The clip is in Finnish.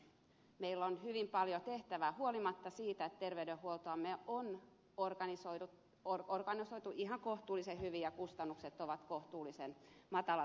meillä on hyvin paljon tehtävää huolimatta siitä että terveydenhuoltomme on organisoitu ihan kohtuullisen hyvin ja kustannukset ovat kohtuullisen matalat kun vertaillaan